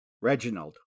Reginald